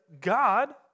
God